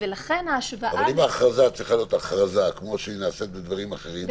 אבל אם ההכרזה צריכה להיות כפי שהיא נעשית בדברים אחרים,